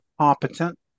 competent